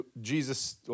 Jesus